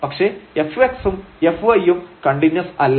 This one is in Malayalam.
പക്ഷേ fx ഉം fy ഉം കണ്ടിന്യൂസ് അല്ല